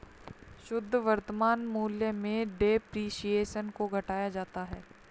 शुद्ध वर्तमान मूल्य में डेप्रिसिएशन को घटाया जाता है